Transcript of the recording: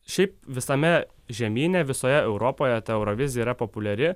šiaip visame žemyne visoje europoje ta eurovizija yra populiari